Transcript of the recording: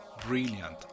brilliant